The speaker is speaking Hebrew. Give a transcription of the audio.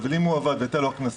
אבל אם הוא עבד והייתה לו הכנסה,